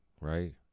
Right